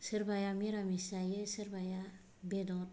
सोरबाया मिरामिस जायो सोरबाया बेदर